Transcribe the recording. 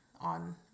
on